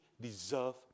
deserve